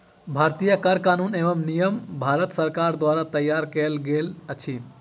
भारतीय कर कानून एवं नियम भारत सरकार द्वारा तैयार कयल गेल अछि